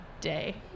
Day